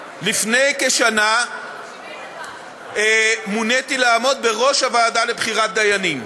כי לפני כשנה מוניתי לעמוד בראש הוועדה לבחירת דיינים,